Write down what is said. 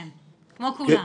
כן, כמו כולם.